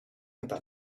about